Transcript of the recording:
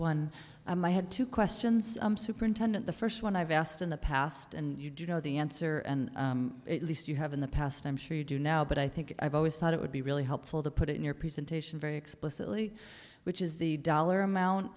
one i'm i had two questions superintendent the first one i've asked in the past and you do know the answer and least you have in the past i'm sure you do now but i think i've always thought it would be really helpful to put it in your presentation very explicitly which is the dollar amount